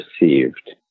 received